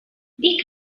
dick